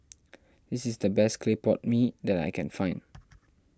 this is the best Clay Pot Mee that I can find